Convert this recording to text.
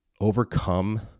overcome